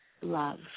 love